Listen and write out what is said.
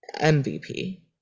MVP